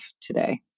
today